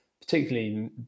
particularly